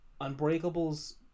Unbreakable's